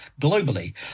globally